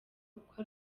kuko